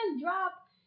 drop